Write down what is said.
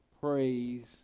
praise